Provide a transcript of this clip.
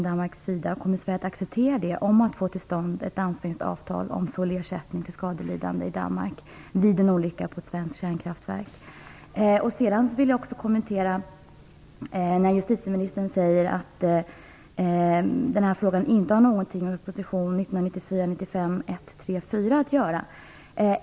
Kommer Sverige att acceptera att man får till stånd ett dansksvenskt avtal om full ersättning till skadelidande i Jag vill också kommentera det justitieministern sade om att denna fråga inte har någonting att göra med prop. 1994/95:134.